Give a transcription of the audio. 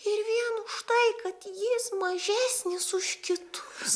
ir vien už tai kad jis mažesnis už kitus